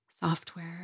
Software